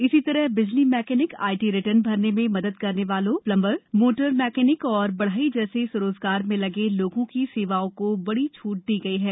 इसीतरह बिजली mechanic IT return भरने में मदद करने वालों प्लंबर मोटर मैकेनिक और बढ़ई जैसे स्वरोजगार में लगे लोगों की सेवाओं को बड़ी छूट दी गई है